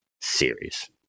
series